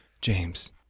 James